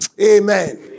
Amen